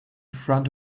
front